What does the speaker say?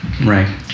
Right